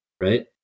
right